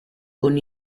con